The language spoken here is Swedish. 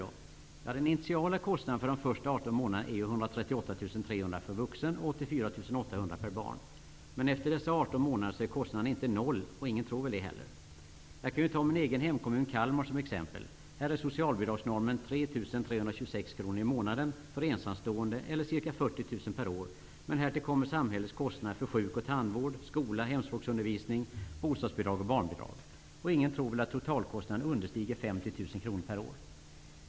Ja, den initiala kostnaden för de första 18 månaderna är 138 300 kr per vuxen och 84 800 kr per barn. Men efter dessa 18 månader är kostnaderna inte noll, och ingen tror väl detta heller. Jag kan ju ta min egen hemkommun Kalmar som exempel. Här är socialbidragsnormen 3 326 kr per månad för ensamstående, eller ca 40 000 kr per år. Men härtill kommer samhällets kostnader för sjuk och tandvård, skola, hemspråksundervisning, bostadsbidrag och barnbidrag. Ingen tror väl att totalkostnaden understiger 50 000 kr per år.